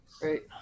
Great